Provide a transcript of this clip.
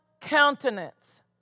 countenance